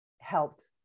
helped